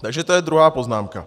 Takže to je druhá poznámka.